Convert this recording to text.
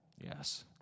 Yes